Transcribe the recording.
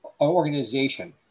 organization